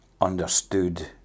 understood